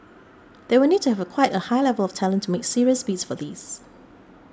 they will need to have quite a high level of talent to make serious bids for these